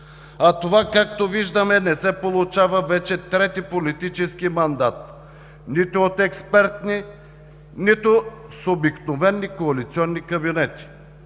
а това, както виждаме, не се получава вече трети политически мандат нито от експертни, нито с обикновени коалиционни кабинети,